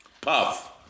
Puff